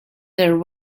there